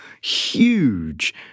huge